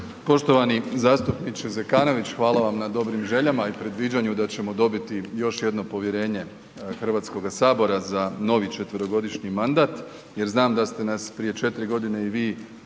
Poštovani zastupniče Zekanović, hvala vam na dobrim željama i predviđanju da ćemo dobiti još jedno povjerenje Hrvatskoga sabora za novi 4-godišnji mandat jer znam da ste nas prije četiri godine i vi